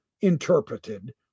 interpreted